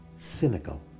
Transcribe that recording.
Cynical